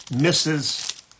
misses